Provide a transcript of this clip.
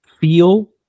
feel